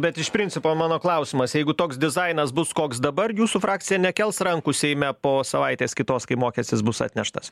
bet iš principo mano klausimas jeigu toks dizainas bus koks dabar jūsų frakcija nekels rankų seime po savaitės kitos kai mokestis bus atneštas